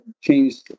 changed